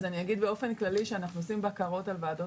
אז אני אגיד באופן כללי שאנחנו עושים בקרות על ועדות